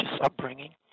upbringing